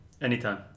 Anytime